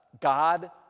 God